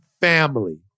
Family